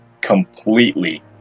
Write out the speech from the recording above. completely